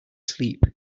sleep